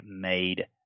made